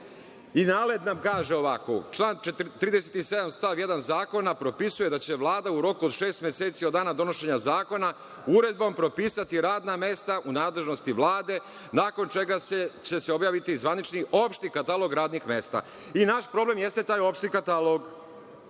nam kaže ovako – član 37. stav 1. Zakona propisuje da će Vlada u roku od šest meseci od dana donošenja zakona uredbom propisati radna mesta u nadležnosti Vlade, nakon čega će se objaviti zvanični opšti katalog radnih mesta. I naše problem jeste taj opšti katalog.